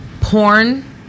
porn